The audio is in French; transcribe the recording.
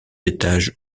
étages